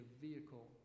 vehicle